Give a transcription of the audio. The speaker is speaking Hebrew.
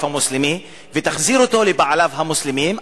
המוסלמי ותחזיר אותו לבעליו המוסלמים,